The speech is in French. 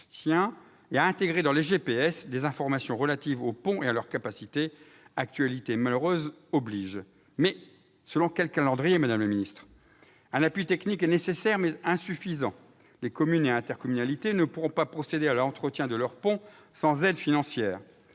et d'intégrer dans les systèmes GPS des informations relatives aux ponts et à leur capacité, actualité malheureuse oblige ! Mais selon quel calendrier cela se fera-t-il, madame la ministre ? Un appui technique est nécessaire, mais insuffisant : les communes et les intercommunalités ne pourront pas procéder à l'entretien de leurs ponts sans aide financière.